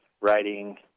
writing